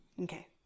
Okay